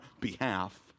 behalf